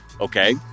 Okay